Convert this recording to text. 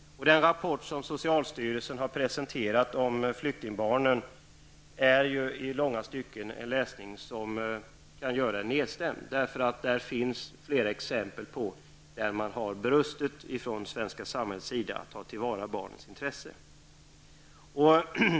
Den rapport som socialstyrelsen har presenterat om flyktingbarnen är i långa stycken en läsning som man kan bli nedstämd av. Där finns flera exempel på situationer där det har brustit från det svenska samhällets sida att ta till vara barnets intresse.